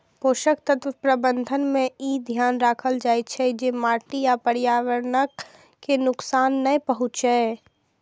पोषक तत्व प्रबंधन मे ई ध्यान राखल जाइ छै, जे माटि आ पर्यावरण कें नुकसान नै पहुंचै